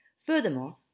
Furthermore